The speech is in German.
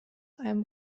einem